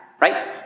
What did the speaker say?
right